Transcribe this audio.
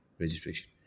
registration